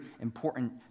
important